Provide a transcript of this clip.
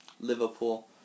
Liverpool